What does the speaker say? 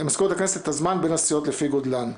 הכנסת את הזמן בין הסיעות, לפי גודלן.